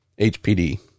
HPD